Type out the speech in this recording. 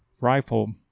rifle